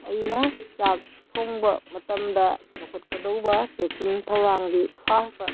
ꯑꯩꯅ ꯆꯥꯛ ꯊꯣꯡꯕ ꯃꯇꯝꯗ ꯂꯧꯈꯠꯀꯗꯧꯕ ꯆꯦꯛꯁꯤꯟ ꯊꯧꯔꯥꯡꯗꯤ ꯐꯥꯔꯁꯇ